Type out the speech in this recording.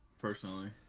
personally